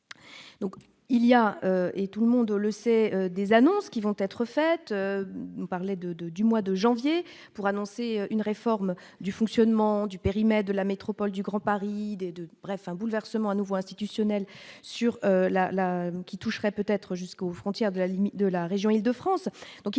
il y a, et tout le monde le sait, des annonces qui vont être faites par les de de du mois de janvier pour annoncer une réforme du fonctionnement du périmètre de la métropole du Grand Paris des 2, bref un bouleversement à nouveau institutionnel sur la la, qui toucherait peut-être jusqu'aux frontières de la limite de la région Île-de-France,